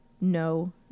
No